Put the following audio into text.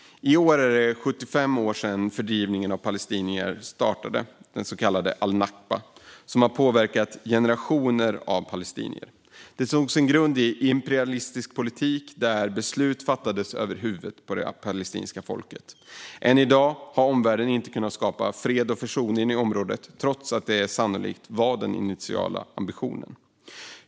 I år är det 75 år sedan fördrivningen av palestinier startade. Det så kallade nakba har påverkat generationer av palestinier. Nakba tog sin grund i imperialistisk politik beslutad över huvudet på det palestinska folket. Än i dag har omvärlden inte kunnat skapa fred och försoning i området trots att det sannolikt var den initiala ambitionen.